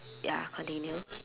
ya continue